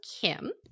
Kim